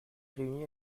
réunie